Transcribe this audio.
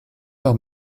par